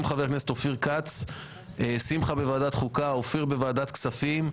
חוקה וחבר הכנסת אופיר כץ בוועדות כספים.